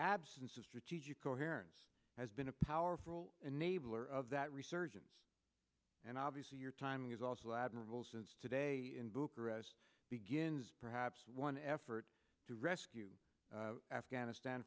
absence of strategic coherence has been a powerful enabler of that resurgence and obviously your timing is also admirable since today in bucharest begins perhaps one effort to rescue afghanistan